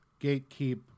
gatekeep